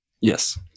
Yes